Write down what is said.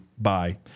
Bye